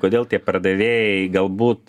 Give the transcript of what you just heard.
kodėl tie pardavėjai galbūt